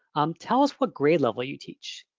um tell us what grade level you teach.